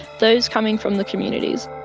those coming from the communities.